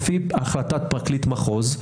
לפי החלטת פרקליט מחוז,